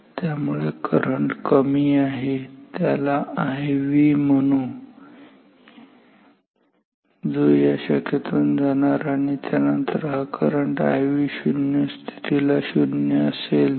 त्यामुळे करंट कमी आहे त्याला Iv म्हणू या शाखेमधून जाणार आणि त्यानंतर हा करंट Iv शून्य स्थितीला शून्य असेल ठीक आहे